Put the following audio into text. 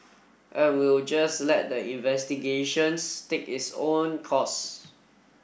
and we'll just let the investigations take its own course